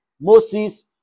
Moses